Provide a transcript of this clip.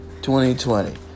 2020